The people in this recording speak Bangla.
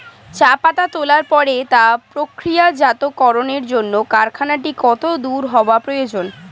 চা পাতা তোলার পরে তা প্রক্রিয়াজাতকরণের জন্য কারখানাটি কত দূর হওয়ার প্রয়োজন?